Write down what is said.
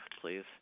please